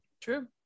true